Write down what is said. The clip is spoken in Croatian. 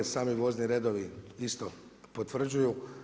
Sami vozni redovi, isto potvrđuju.